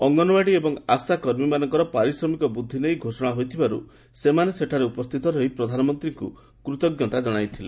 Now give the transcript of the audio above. ଅଙ୍ଗନବାଡ଼ି ଏବଂ ଆଶାକର୍ମୀମାନଙ୍କର ପାରିଶ୍ରମିକ ବୃଦ୍ଧି ନେଇ ଘୋଷଣା ହୋଇଥିବାରୁ ସେମାନେ ସେଠାରେ ଉପସ୍ଥିତ ରହି ପ୍ରଧାନମନ୍ତ୍ରୀଙ୍କୁ କୃତଜ୍ଞତା ଜଣାଇଥିଲେ